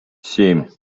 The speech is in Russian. семь